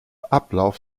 ablauf